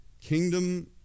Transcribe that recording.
kingdom